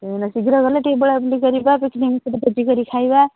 ସେଦିନ ଶୀଘ୍ର ଗଲେ ଟିକେ ବୁଲାବୁଲି କରିବା ଖାଇବା ପିକ୍ନିକ୍ ଭୋଜି କରିକି ଖାଇବା ଆଉ